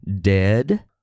dead